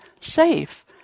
safe